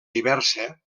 diversa